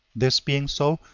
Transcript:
this being so,